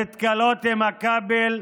נתקלות בכבל,